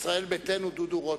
ישראל ביתנו, חבר הכנסת דודו רותם.